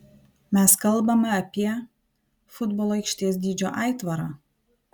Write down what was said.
mes kalbame apie futbolo aikštės dydžio aitvarą